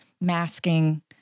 masking